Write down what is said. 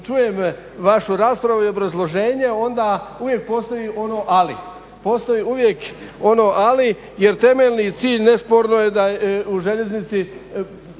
čujem vašu raspravu i obrazloženje onda uvijek postoji ono ali. Postoji uvijek ono ali, jer temeljni cilj nesporno je da je u željeznici